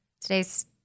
today's